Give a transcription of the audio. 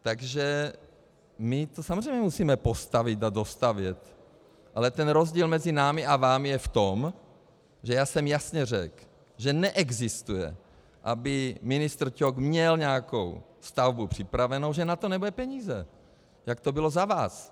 Takže my to samozřejmě musíme postavit a dostavět, ale ten rozdíl mezi námi a vámi je v tom, že já jsem jasně řekl, že neexistuje, aby ministr Ťok měl nějakou stavbu připravenu, že na to nebudou peníze, jak to bylo za vás.